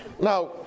Now